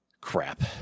crap